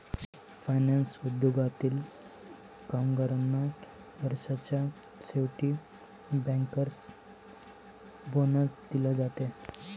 finance उद्योगातील कामगारांना वर्षाच्या शेवटी बँकर्स बोनस दिला जाते